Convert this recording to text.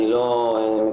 אני לא --- לא,